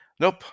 Nope